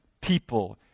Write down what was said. people